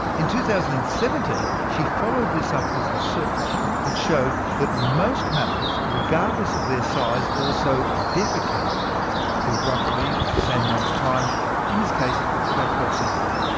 in two thousand and seventeen, she followed this up with research that showed that most mammals, regardless of their size, also defecate for roughly the same amount of time in this case, about twelve seconds.